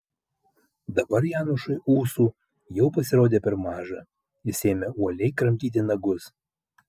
dabar janošui ūsų jau pasirodė per maža jis ėmė uoliai kramtyti nagus